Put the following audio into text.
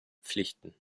pflichten